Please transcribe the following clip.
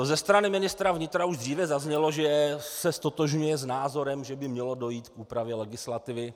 Ze strany ministra vnitra už dříve zaznělo, že se ztotožňuje s názorem, že by mělo dojít k úpravě legislativy.